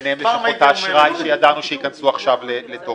ביניהן יש את חוק האשראי שידענו שייכנסו עכשיו לתוקף.